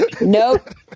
Nope